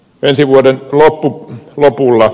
ensi vuoden elokuun yöpuulle